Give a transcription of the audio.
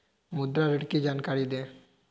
मुद्रा ऋण की जानकारी दें?